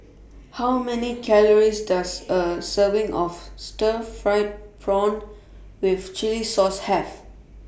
How Many Calories Does A Serving of Stir Fried Prawn with Chili Sauce Have